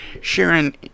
Sharon